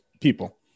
people